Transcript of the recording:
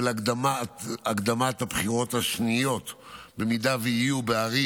של הקדמת הבחירות השניות בערים,